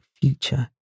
future